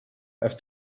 have